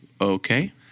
Okay